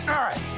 all right.